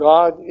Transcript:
God